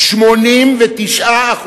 89%,